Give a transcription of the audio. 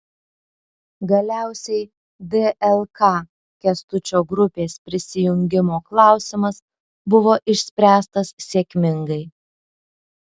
galiausiai dlk kęstučio grupės prisijungimo klausimas buvo išspręstas sėkmingai